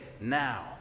now